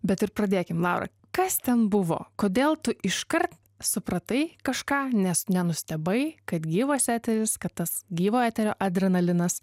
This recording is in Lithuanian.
bet ir pradėkim laura kas ten buvo kodėl tu iškart supratai kažką nes nenustebai kad gyvas eteris kad tas gyvo eterio adrenalinas